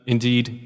Indeed